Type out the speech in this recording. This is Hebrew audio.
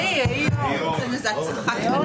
גם אם לא הוכחנו את הקשר הישיר לעבירה.